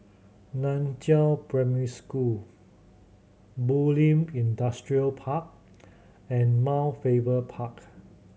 Nan Chiau Primary School Bulim Industrial Park and Mount Faber Park